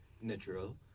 natural